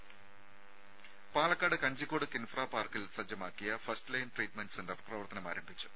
രുമ പാലക്കാട് കഞ്ചിക്കോട് കിൻഫ്രാ പാർക്കിൽ സജ്ജമാക്കിയ ഫസ്റ്റ്ലൈൻ ട്രീറ്റ്മെന്റ് സെന്റർ പ്രവർത്തനമാരംഭിച്ചു